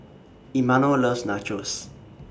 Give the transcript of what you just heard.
Emanuel loves Nachos